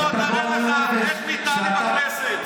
אנחנו עוד נראה לך איך מתנהלים בכנסת.